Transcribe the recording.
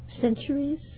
centuries